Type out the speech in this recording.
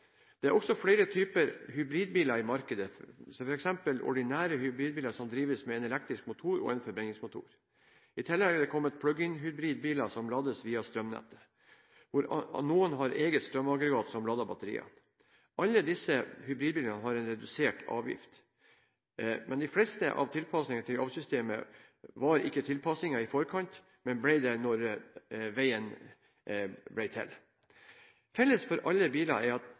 Det er også flere typer hybridbiler i markedet, som f.eks. ordinære hybridbiler som drives med en elektrisk motor og en forbrenningsmotor. I tillegg er det kommet plugg inn-hybridbiler som lades via strømnettet, og hvor noen har eget strømaggregat som lader batteriet. Alle disse hybridbilene har en redusert avgift. Men de fleste av tilpasningene til avgiftssystemet var ikke tilpasninger i forkant, men ble det etter hvert som veien ble til. Felles for alle biler som enten har avgiftsfritak eller redusert avgift, er at